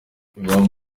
yvan